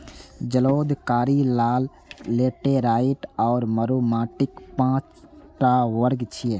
जलोढ़, कारी, लाल, लेटेराइट आ मरु माटिक पांच टा वर्ग छियै